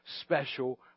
special